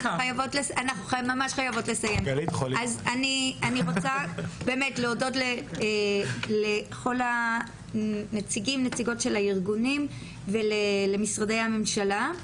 אני רוצה להודות לכל הנציגים ונציגות של הארגונים ולמשרדי הממשלה.